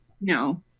No